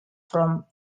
from